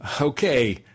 Okay